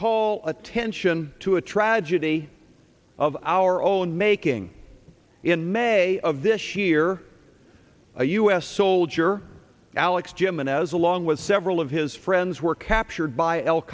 call attention to a tragedy of our own making in may of this year a u s soldier alex jim and as along with several of his friends were captured by al